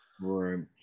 Right